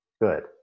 Good